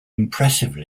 impressive